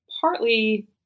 partly